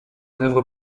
œuvre